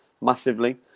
massively